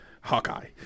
Hawkeye